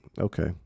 okay